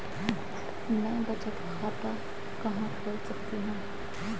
मैं बचत खाता कहां खोल सकती हूँ?